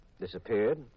Disappeared